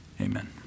amen